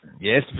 yes